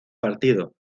partido